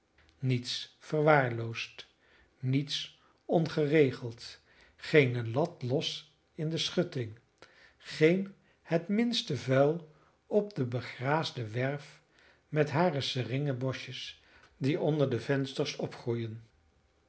niets verwaarloosd niets ongeregeld geene lat los in de schutting geen het minste vuil op de begraasde werf met hare seringenboschjes die onder de vensters opgroeien